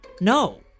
No